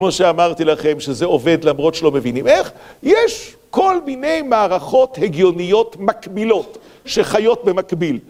כמו שאמרתי לכם, שזה עובד למרות שלא מבינים איך, יש כל מיני מערכות הגיוניות מקבילות שחיות במקביל.